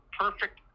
perfect